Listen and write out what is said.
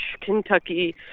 Kentucky